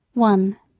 one,